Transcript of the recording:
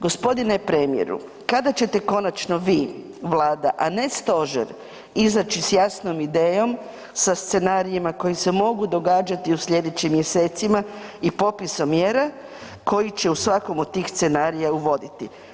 Gospodine premijeru, kada ćete konačno vi, Vlada, a ne stožer izaći sa jasnom idejom sa scenarijima koji se mogu događati u slijedećim mjesecima i popisom mjera koji će u svakom od tih scenarija uvoditi?